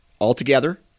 altogether